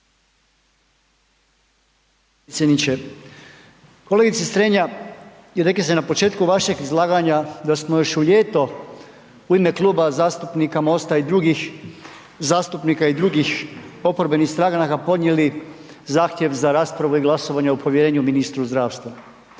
Kolegice Strenja, rekli ste na početku vašeg izlaganja da smo još u ljeto u ime Kluba zastupnika MOST-a i drugih zastupnika i drugih oporbenih stranaka podnijeli zahtjev za raspravu i glasovanje o povjerenju ministru zdravstva.